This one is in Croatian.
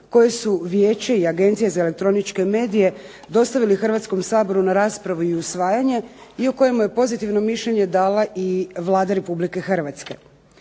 koje su vijeće i Agencije za elektroničke medije dostavile Hrvatskom saboru na raspravu i usvajanje i o kojemu je pozitivno mišljenje dala i Vlada Republike Hrvatske.